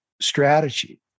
strategy